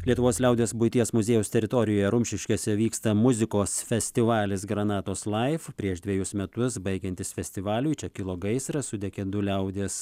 lietuvos liaudies buities muziejaus teritorijoje rumšiškėse vyksta muzikos festivalis granatos laif prieš dvejus metus baigiantis festivaliui čia kilo gaisras sudegė du liaudies